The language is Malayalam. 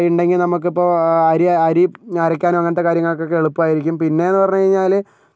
ഉണ്ടെങ്കിൽ നമുക്കിപ്പോൾ അരി അരി അരയ്ക്കാനും അങ്ങനത്തെ കാര്യങ്ങൾക്കൊക്കെ എളുപ്പമായിരിക്കും പിന്നെയെന്ന് പറഞ്ഞുകഴിഞ്ഞാൽ